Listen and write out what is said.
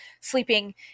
sleeping